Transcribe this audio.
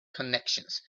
connections